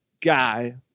guy